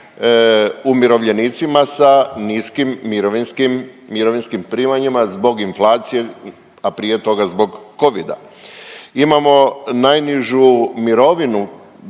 umirovljenicima sa niskim mirovinskim primanjima, zbog inflacije, a prije toga, zbog Covida. Imamo najnižu mirovinu,